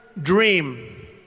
dream